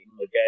Okay